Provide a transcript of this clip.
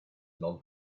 non